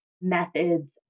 methods